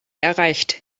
erreicht